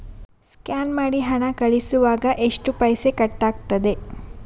Scan ಮಾಡಿ ಹಣ ಕಳಿಸುವಾಗ ಎಷ್ಟು ಪೈಸೆ ಕಟ್ಟಾಗ್ತದೆ?